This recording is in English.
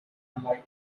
lighter